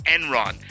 Enron